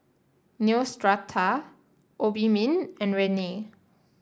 Neostrata Obimin and Rene